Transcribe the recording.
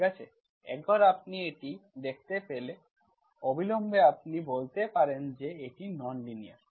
ঠিক আছে একবার আপনি এটি দেখতে পেলে অবিলম্বে আপনি বলতে পারেন যে এটি নন লিনিয়ার